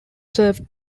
serve